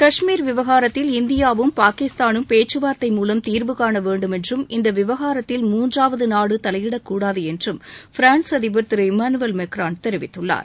காஷ்மீர் விவகாரத்தில் இந்தியாவும் பாகிஸ்தானும் பேச்கார்த்தை மூலம் தீர்வுகாண வேண்டும் என்றும் இந்த விவகாரத்தில் மூன்றாவது நாடு தலையிடக்கூடாது என்றும் பிரான்ஸ் அதிபர் திரு இமானுவேல் மெக்ரான் தெரிவித்துள்ளார்